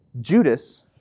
Judas